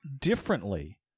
differently